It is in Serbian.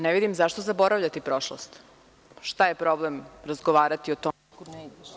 Ne vidim zašto zaboravljati prošlost, šta je problem razgovarati o tome?